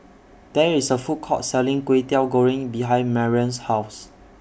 There IS A Food Court Selling Kwetiau Goreng behind Marrion's House